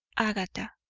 agatha.